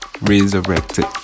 resurrected